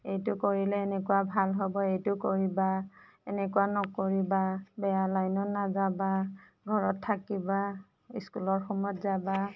এইটো কৰিলে এনেকুৱা ভাল হ'ব এইটো কৰিবা এনেকুৱা নকৰিবা বেয়া লাইনত নাযাবা ঘৰত থাকিবা স্কুলৰ সময়ত যাবা